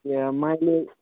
یا مَلے